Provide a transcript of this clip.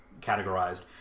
categorized